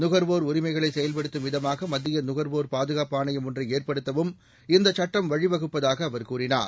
நுகர்வோர் உரிமைகளை செயல்படுத்தும் விதமாக மத்திய நுகர்வோர் பாதுகாப்பு ஆணையம் ஒன்றை ஏற்படுத்தவும் இந்தச் சட்டம் வழிவகுப்பதாக அவர் கூறினார்